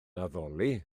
addoli